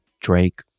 Drake